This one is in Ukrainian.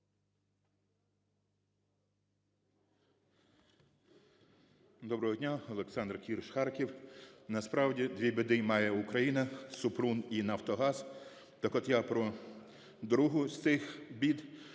Доброго дня! Олександр Кірш, Харків. Насправді дві біди має Україна: Супрун і "Нафтогаз". Так от, я про другу з цих бід,